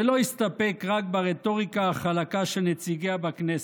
ולא יסתפק רק ברטוריקה החלקה של נציגיה בכנסת,